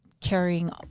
carrying